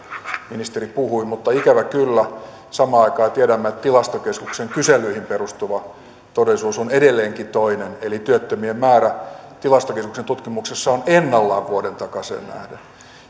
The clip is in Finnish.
ministeri puhui mutta ikävä kyllä samaan aikaan tiedämme että tilastokeskuksen kyselyihin perustuva todellisuus on edelleenkin toinen eli työttömien määrä tilastokeskuksen tutkimuksessa on ennallaan vuoden takaiseen nähden